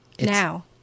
Now